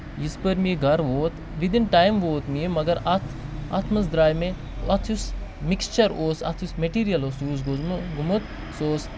یِتھ پٲٹھۍ مےٚ یہِ گرٕ ووٚت وِدٕن ٹایم ووٚت مےٚ یہِ مَگر اَتھ اتھ منٛز دراے مےٚ اَتھ یُس مِکسچر اوس اَتھ یُس میٹیٖریل اوس یوٗز گوٚزمُت گوٚومُت سُہ اوس